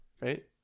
right